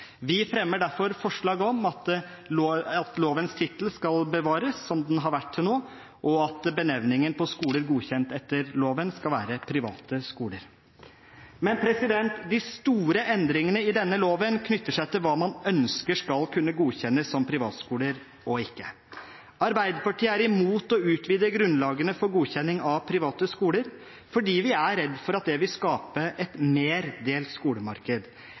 Vi fremmer derfor forslag om at lovens tittel skal bevares som den har vært til nå, og at benevningen på skoler godkjent etter loven skal være «private skoler». De store endringene i denne loven knytter seg til hva man ønsker skal kunne godkjennes som privatskoler og ikke. Arbeiderpartiet er imot å utvide grunnlagene for godkjenning av private skoler fordi vi er redd for at det vil skape et mer delt skolemarked,